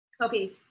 Okay